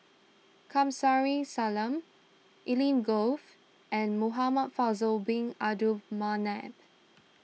Kamsari Salam Evelyn Gove and Muhamad Faisal Bin Abdul Manap